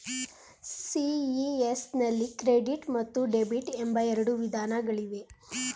CES ನಲ್ಲಿ credit ಮತ್ತು debit ಎಂಬ ಎರಡು ವಿಧಾನಗಳಿವೆ